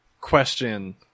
Question